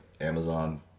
Amazon